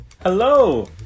Hello